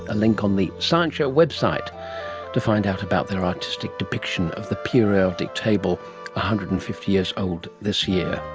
a link on the science show website to find out about their artistic depiction of the periodic table, one hundred and fifty years old this year